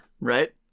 Right